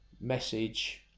message